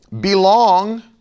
belong